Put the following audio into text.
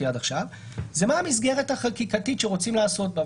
עד עכשיו זה מה המסגרת החקיקתית שרוצים לעסוק בה,